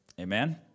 Amen